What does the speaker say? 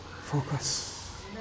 Focus